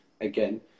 again